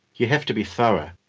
you have to be thorough.